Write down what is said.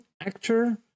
actor